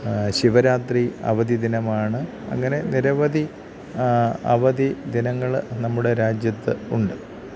ശിവരാത്രി അവധി ദിനമാണ് അങ്ങനെ നിരവധി അവധി ദിനങ്ങള് നമ്മുടെ രാജ്യത്ത് ഉണ്ട്